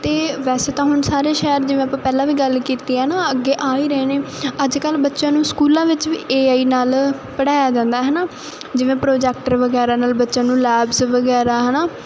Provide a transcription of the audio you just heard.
ਅਤੇ ਵੈਸੇ ਤਾਂ ਹੁਣ ਸਾਰੇ ਸ਼ਹਿਰ ਜਿਵੇਂ ਆਪਾਂ ਪਹਿਲਾਂ ਵੀ ਗੱਲ ਕੀਤੀ ਆ ਨਾ ਅੱਗੇ ਆ ਹੀ ਰਹੇ ਨੇ ਅੱਜ ਕੱਲ੍ਹ ਬੱਚਿਆਂ ਨੂੰ ਸਕੂਲਾਂ ਵਿੱਚ ਵੀ ਏ ਆਈ ਨਾਲ ਪੜ੍ਹਾਇਆ ਜਾਂਦਾ ਹੈ ਨਾ ਜਿਵੇਂ ਪ੍ਰੋਜੈਕਟਰ ਵਗੈਰਾ ਨਾਲ ਬੱਚਿਆਂ ਨੂੰ ਲੈਬਸ ਵਗੈਰਾ ਹੈ ਨਾ